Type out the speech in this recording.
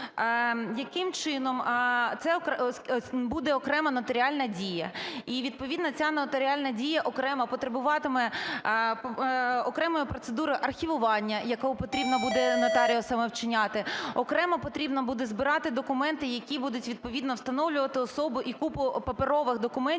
Яким чином… Це буде окрема нотаріальна дія і відповідно ця нотаріальна дія окремо потребуватиме окремої процедури архівування, яку потрібно буде нотаріусам вчиняти, окремо потрібно буде збирати документи, які будуть відповідно встановлювати особу, і купу паперових документів